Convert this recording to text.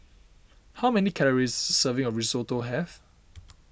how many calories serving of Risotto have